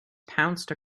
pounced